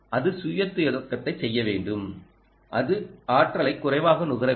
அது சுய தொடக்கத்தை செய்ய வேண்டும் அது ஆற்றலைக் குறைவாக நுகர வேண்டும்